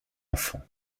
enfant